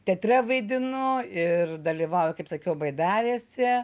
teatre vaidinu ir dalyvauju kaip sakiau baidarėse